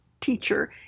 teacher